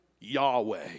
Yahweh